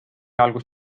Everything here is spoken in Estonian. algul